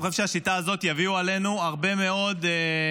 אני חושב שהשיטה הזאת תביא עלינו הרבה מאוד,